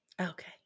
Okay